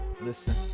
listen